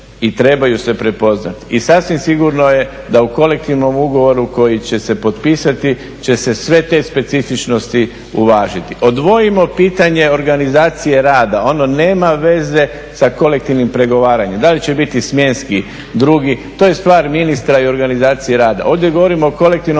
i trebaju se prepoznati. I sasvim sigurno je da kolektivnom ugovoru koji će se potpisati će se sve te specifičnosti uvažiti. Odvojimo pitanje organizacije rada, ono nema veze sa kolektivnim pregovaranjem da li će biti smjenski drugi, to je stvar ministra i organizacije rada. Ovdje govorimo o kolektivnom